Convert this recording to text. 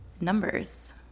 numbers